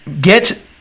get